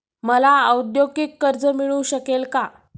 मला औद्योगिक कर्ज मिळू शकेल का?